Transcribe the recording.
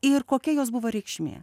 ir kokia jos buvo reikšmė